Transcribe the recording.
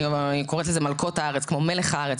אני קוראת לזה מלכות הארץ כמו מלח הארץ,